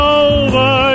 over